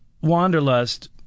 Wanderlust